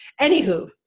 Anywho